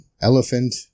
elephant